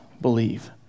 believe